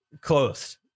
closed